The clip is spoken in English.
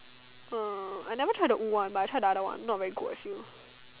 uh I never tried the one but I tried the another one not very good I feel